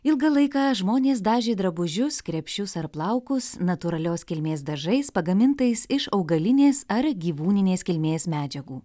ilgą laiką žmonės dažė drabužius krepšius ar plaukus natūralios kilmės dažais pagamintais iš augalinės ar gyvūninės kilmės medžiagų